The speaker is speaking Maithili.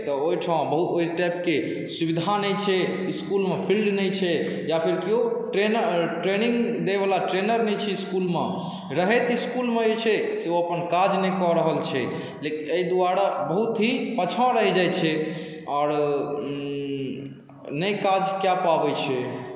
तऽ ओहिठाम बहुत ओहि टाइपके सुविधा नहि छै इसकुलमे फील्ड नहि छै या फेर केओ ट्रेनर ट्रेनिङ्ग दैवला ट्रेनर नहि छै इसकुलमे रहै तऽ जे छै से अपन काज नहि कऽ रहल छै लेकिन एहि दुआरे बहुत ही पाछाँ रहि जाइ छै आओर नहि काज कऽ पाबै छै